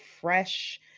fresh